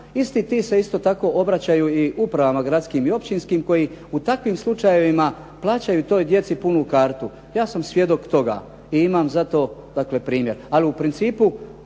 Isti ti se isto tako obraćaju i upravama gradskim i općinskim koji u takvim slučajevima plaćaju toj djeci punu kartu. Ja sam svjedok toga i imam za to primjer, ali u principu